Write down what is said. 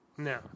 No